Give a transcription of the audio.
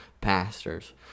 pastors